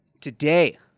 Today